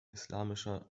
islamischer